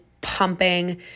pumping